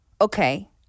okay